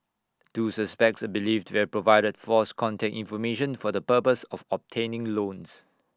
two suspects are believed to have provided false contact information for the purpose of obtaining loans